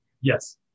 Yes